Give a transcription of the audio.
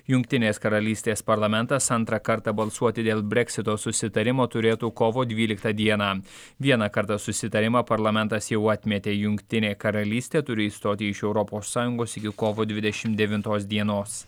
jungtinės karalystės parlamentas antrą kartą balsuoti dėl breksito susitarimo turėtų kovo dvyliktą dieną vieną kartą susitarimą parlamentas jau atmetė jungtinė karalystė turi išstoti iš europos sąjungos iki kovo dvidešimt devintos dienos